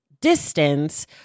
distance